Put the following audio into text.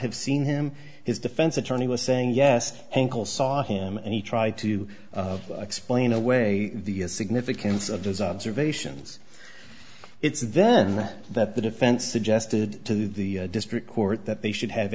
have seen him his defense attorney was saying yes ankle saw him and he tried to explain away the significance of his observations it's then that the defense suggested to the district court that they should have